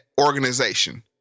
organization